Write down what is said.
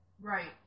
Right